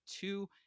two